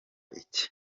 iki